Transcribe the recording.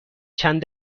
چند